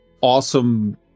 Awesome